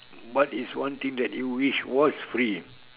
what is one thing that you wish was free